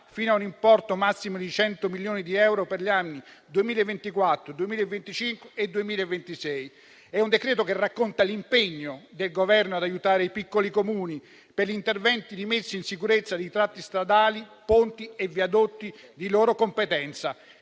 fino a un importo massimo di 100 milioni di euro per gli anni 2024, 2025 e 2026. È un decreto che racconta l'impegno del Governo ad aiutare i piccoli Comuni per gli interventi di messa in sicurezza di tratti stradali, ponti e viadotti di loro competenza.